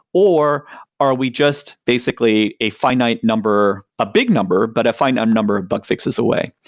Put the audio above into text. or are we just basically a finite number, a big number, but a finite number of bug fixes away?